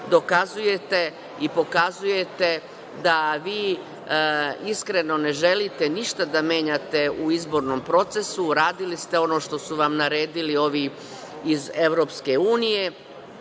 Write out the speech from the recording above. dokazujete i pokazujete da vi iskreno ne želite ništa da menjate u izbornom procesu. Uradili ste ono što su vam naredili ovi iz EU, ti